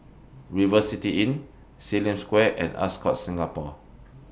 River City Inn SIM Lim Square and Ascott Singapore